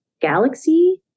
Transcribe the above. galaxy